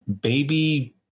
baby